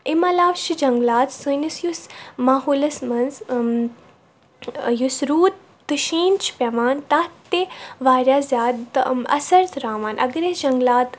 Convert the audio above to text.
امہِ علاوٕ چھِ جنٛگلات سٲنِس یُس ماحولَس منٛز یُس روٗد تہٕ شیٖن چھُ پیٚوان تَتھ تہِ واریاہ زیادٕ اَثر تراوان اَگر أسۍ جنٛگلات